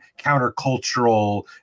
countercultural